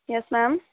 yes ma'am